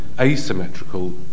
asymmetrical